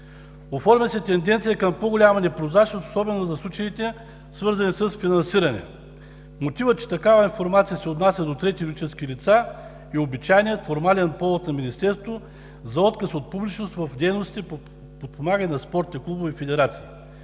Оформя се тенденция към по-голяма непрозрачност особено за случаите, свързани с финансиране. Мотивът, че такава информация се отнася до трети юридически лица, е обичайният формален повод на Министерството за отказ от публичност в дейностите по подпомагане на спортните клубове и федерации.